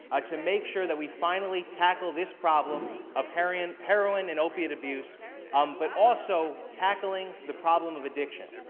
ah to make sure that we finally tacklethis problem of heroin heroin and opiate abuse um but also tackling the problem of addiction.